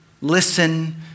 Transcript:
listen